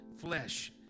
flesh